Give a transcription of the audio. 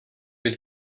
will